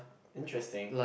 interesting